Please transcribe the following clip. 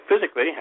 physically